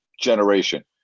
generation